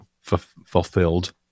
fulfilled